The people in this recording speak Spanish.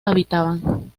habitaban